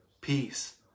peace